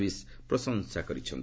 ବିସ୍ ପ୍ରଶଂସା କରିଛନ୍ତି